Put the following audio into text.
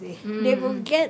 mm mm mm